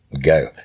go